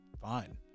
fine